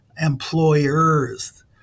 employers